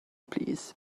plîs